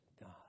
God